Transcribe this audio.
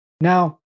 Now